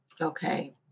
Okay